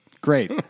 Great